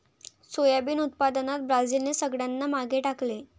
soybean उत्पादनात ब्राझीलने सगळ्यांना मागे टाकले